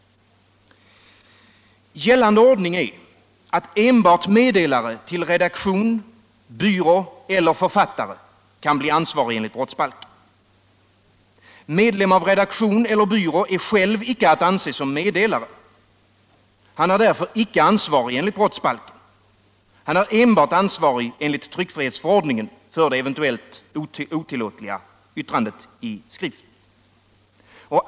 Gällande ordning är att enbart meddelare till redaktion, byrå eller författare kan bli ansvarig enligt brottsbalken. Medlem av redaktion eller byrå är själv icke att anse som meddelare. Han är därför icke ansvarig enligt brottsbalken. Han är enbart ansvarig enligt tryckfrihetsförordningen för det eventuellt otillåtliga yttrandet i skrift.